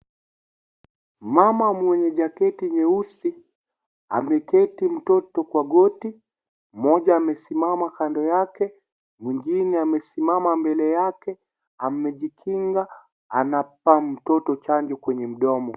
Mama mwenye jaketi nyeusi ameketi mtoto kwa goti, mmoja amesimama Kando yake, mwingine amesimama mbele yake, amejikinga anampa mtoto chanjo kwenye mkono.